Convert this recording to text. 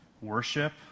worship